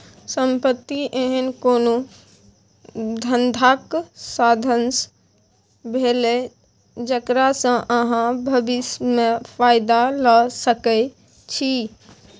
संपत्ति एहन कोनो धंधाक साधंश भेलै जकरा सँ अहाँ भबिस मे फायदा लए सकै छी